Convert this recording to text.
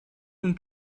اون